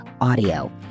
Audio